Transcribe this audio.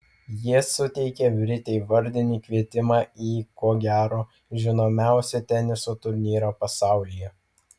jie suteikė britei vardinį kvietimą į ko gero žinomiausią teniso turnyrą pasaulyje